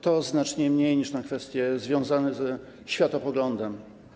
To znacznie mniej niż na kwestie związane ze światopoglądem.